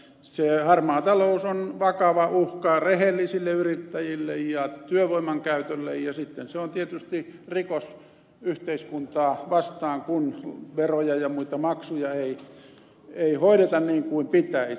se harmaa talous on vakava uhka rehellisille yrittäjille ja työvoiman käytölle ja sitten se on tietysti rikos yhteiskuntaa vastaan kun veroja ja muita maksuja ei hoideta niin kuin pitäisi